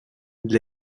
для